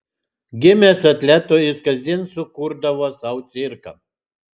gimęs atletu jis kasdien sukurdavo sau cirką